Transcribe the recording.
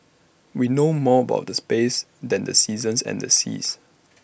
we know more about the space than the seasons and the seas